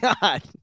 God